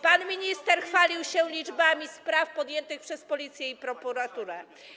Pan minister chwalił się liczbami spraw podjętych przez Policję i prokuraturę.